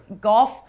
golf